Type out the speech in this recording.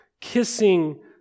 kissing